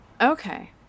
Okay